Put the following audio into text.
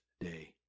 day